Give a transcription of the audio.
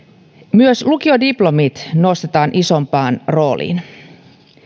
myös lukiodiplomit nostetaan isompaan rooliin